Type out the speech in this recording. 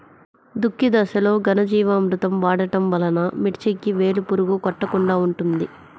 దుక్కి దశలో ఘనజీవామృతం వాడటం వలన మిర్చికి వేలు పురుగు కొట్టకుండా ఉంటుంది?